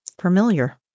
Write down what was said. familiar